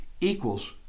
equals